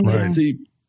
See